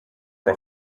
for